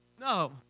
No